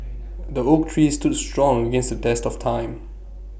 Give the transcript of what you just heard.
the oak tree stood strong against test of time